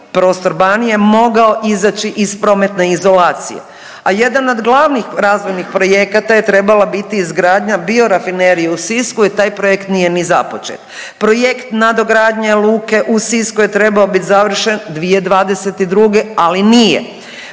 prostor Banije mogao izaći iz prometne izolacije, a jedan od glavnih razvojnih projekata je trebala biti izgradnja biorafinerije u Sisku. Taj projekt nije ni započet. Projekt nadogradnje luke u Sisku je trebao bit završen 2022. ali nije.